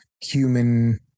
human